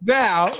now